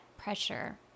pressure